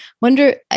Wonder